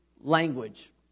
language